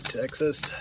Texas